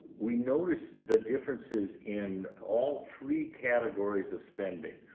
we notice the differences in all three categories of spending.